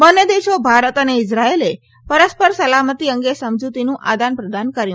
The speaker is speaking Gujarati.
બંને દેશો ભારત અને ઇઝરાચેલે પરસ્પર સલામતી અંગે સમજતીનું આદાનપ્રદાન કર્યું